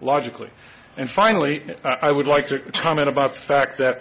logically and finally i would like to comment about the fact that